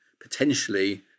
potentially